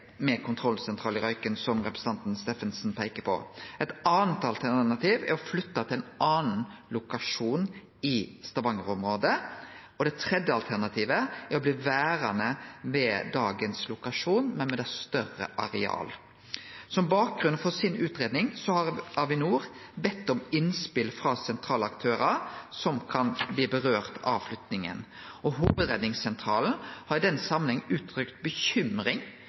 med kontrollsentralen i Røyken, slik representanten Steffensen peiker på. Eit anna alternativ er å flytte til ein annan lokasjon i Stavanger-området, og det tredje alternativet er å bli verande ved dagens lokasjon, men med større areal. Som bakgrunn for utgreiinga har Avinor bedt om innspel frå sentrale aktørar som flyttinga vedkjem, og Hovudredningssentralen har i den samanhengen uttrykt bekymring